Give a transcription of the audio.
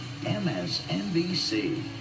MSNBC